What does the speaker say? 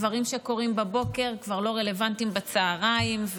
דברים שקורים בבוקר כבר לא רלוונטיים בצוהריים,